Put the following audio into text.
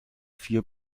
vier